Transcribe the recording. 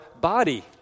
body